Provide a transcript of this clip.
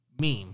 Meme